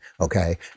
Okay